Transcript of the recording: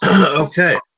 Okay